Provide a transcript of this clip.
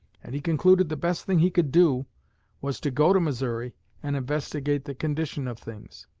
and he concluded the best thing he could do was to go to missouri and investigate the condition of things.